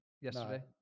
yesterday